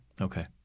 Okay